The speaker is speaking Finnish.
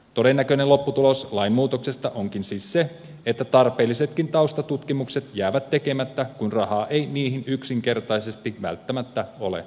todennäköinen lopputulos lainmuutoksesta onkin siis se että tarpeellisetkin taustatutkimukset jäävät tekemättä kun rahaa ei niihin yksinkertaisesti välttämättä ole olemassa